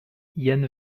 yann